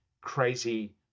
crazy